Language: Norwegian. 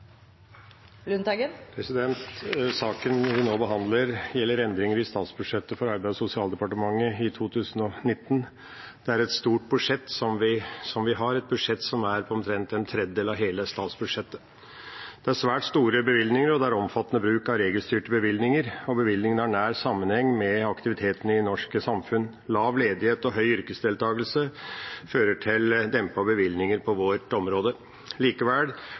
Saken vi nå behandler, gjelder endringer i statsbudsjettet 2019 under Arbeids- og sosialdepartementet. Det er et stort budsjett vi har, et budsjett som er på omtrent en tredjedel av hele statsbudsjettet. Det er svært store bevilgninger, det er omfattende bruk av regelstyrte bevilgninger, og bevilgningene har nær sammenheng med aktiviteten i det norske samfunn. Lav ledighet og høy yrkesdeltakelse fører til dempede bevilgninger på vårt område. Likevel: